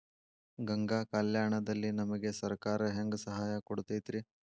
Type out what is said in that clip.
ಗಂಗಾ ಕಲ್ಯಾಣ ದಲ್ಲಿ ನಮಗೆ ಸರಕಾರ ಹೆಂಗ್ ಸಹಾಯ ಕೊಡುತೈತ್ರಿ?